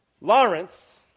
Lawrence